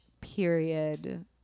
period